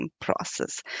process